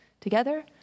Together